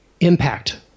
impact